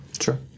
Sure